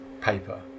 paper